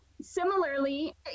Similarly